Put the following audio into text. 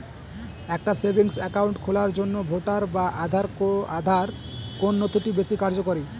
একটা savings account খোলার জন্য ভোটার বা আধার কোন নথিটি বেশী কার্যকরী?